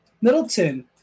Middleton